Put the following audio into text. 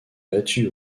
battus